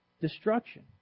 Destruction